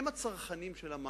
הם הצרכנים של המערכת,